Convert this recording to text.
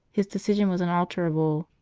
his decision was unalterable.